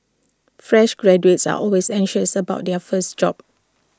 fresh graduates are always anxious about their first job